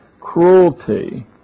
cruelty